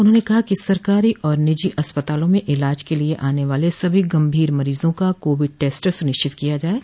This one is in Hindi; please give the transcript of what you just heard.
उन्होंने कहा कि सरकारी और निजी अस्पतालों में इलाज के लिये आने वाले सभी गंभीर मरीजों का कोविड टेस्ट सुनिश्चित किया जाये